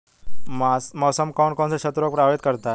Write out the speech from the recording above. मौसम कौन कौन से क्षेत्रों को प्रभावित करता है?